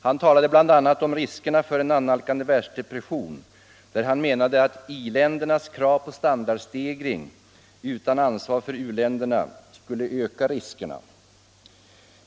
Han talade bl.a. om riskerna för en annalkande världsdepression, där han menade att i-ländernas krav på standardstegring utan ansvar för u-länderna skulle öka riskerna.